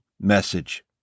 message